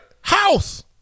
House